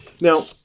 Now